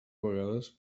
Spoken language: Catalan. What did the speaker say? vegades